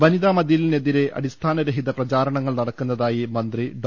വനിതാ മതിലിനെതിരെ അടിസ്ഥാന രഹിത പ്രചാ രണങ്ങൾ ന്ടക്കുന്നതായി മന്ത്രി ഡോ